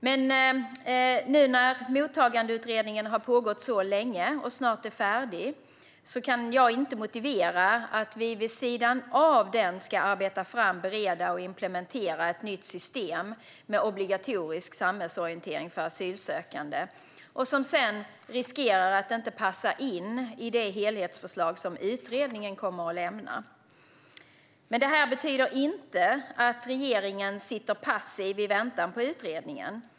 Men nu när Mottagandeutredningen har arbetat så länge och snart är färdig kan jag inte motivera att vi vid sidan av den ska arbeta fram, bereda och implementera ett nytt system med obligatorisk samhällsorientering för asylsökande, då det löper risk att inte passa in i det helhetsförslag som utredningen kommer att lämna. Det här betyder inte att regeringen sitter passiv i väntan på utredningen.